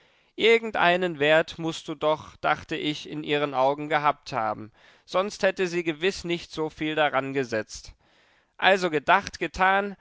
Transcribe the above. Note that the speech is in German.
irgendeinen wert mußt du doch dachte ich in ihren augen gehabt haben sonst hätte sie gewiß nicht so viel darangesetzt also gedacht getan